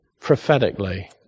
prophetically